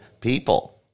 people